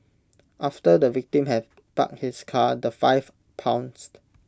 after the victim had parked his car the five pounced